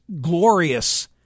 glorious